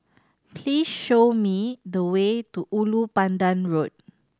please show me the way to Ulu Pandan Road